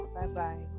Bye-bye